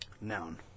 Noun